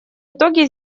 итоге